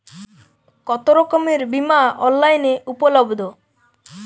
কতোরকমের বিমা অনলাইনে উপলব্ধ?